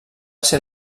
ser